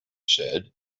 said